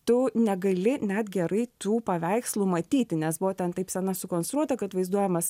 tu negali net gerai tų paveikslų matyti nes buvo ten taip scena sukonstruota kad vaizduojamas